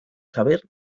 saber